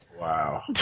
Wow